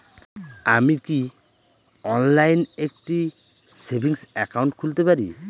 আমি কি অনলাইন একটি সেভিংস একাউন্ট খুলতে পারি?